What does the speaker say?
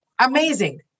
amazing